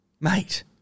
Mate